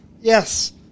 Yes